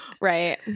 Right